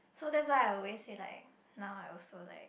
so that's why I always say like now I also like